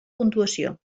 puntuació